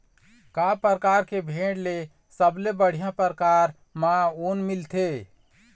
का परकार के भेड़ ले सबले बढ़िया परकार म ऊन मिलथे?